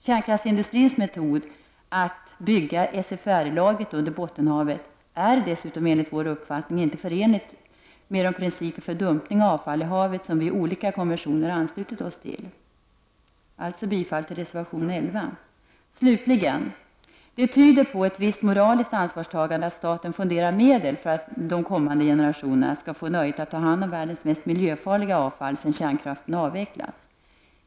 Kärnkraftsindustrins metod att bygga SFR-lagret under Bottenhavet är dessutom enligt vår uppfattning inte förenligt med de principer för dumpning av avfall i havet som Sverige i olika konventioner har anslutit sig till. Alltså yrkar jag bifall till reservation 11. Det tyder på ett visst moraliskt ansvarstagande att staten fonderar medel för att de kommande generationerna skall få ”nöjet” av att ta hand om världens mest miljöfarliga avfall sedan kärnkraften avvecklats.